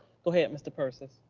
go ahead, mr. persis.